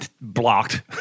blocked